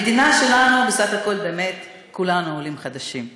המדינה שלנו בסך הכול באמת כולנו עולים חדשים,